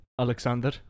alexander